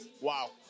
Wow